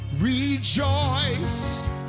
Rejoice